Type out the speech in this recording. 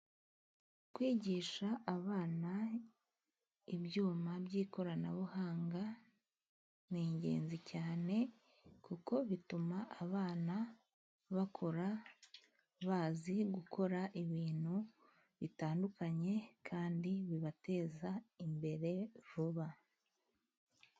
Kwigisha abana ibyuma by'ikoranabuhanga, ni ingenzi cyane kuko bituma abana bakura bazi gukora ibintu bitandukanye, kandi bibateza imbere vuba.